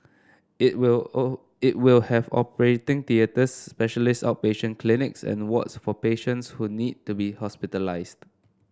it will it will have operating theatres specialist outpatient clinics and wards for patients who need to be hospitalised